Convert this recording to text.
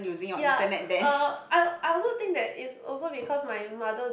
ya uh I I also think that it's also because my mother